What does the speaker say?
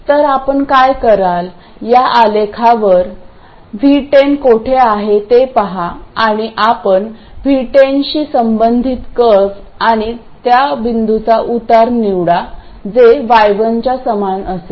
तर आपण काय कराल या आलेखवर V10 कोठे आहे ते पहा आणि आपण V10 शी संबंधित कर्व आणि त्या बिंदूचा उतार निवडा जे y11 च्या समान असेल